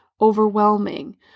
overwhelming